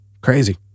Crazy